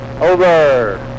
over